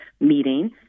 meeting